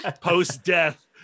post-death